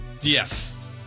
Yes